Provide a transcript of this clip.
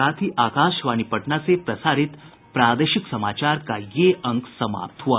इसके साथ ही आकाशवाणी पटना से प्रसारित प्रादेशिक समाचार का ये अंक समाप्त हुआ